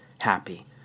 happy